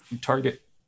target